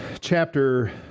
chapter